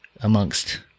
amongst